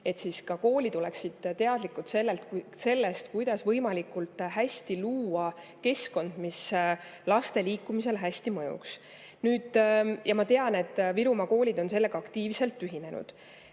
et koolid oleksid teadlikud, kuidas võimalikult hästi luua keskkond, mis laste liikumisele hästi mõjuks. Ja ma tean, et Virumaa koolid on sellega aktiivselt ühinenud.